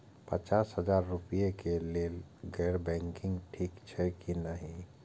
पचास हजार रुपए के लेल गैर बैंकिंग ठिक छै कि नहिं?